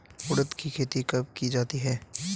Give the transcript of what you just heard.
उड़द की खेती कब की जाती है?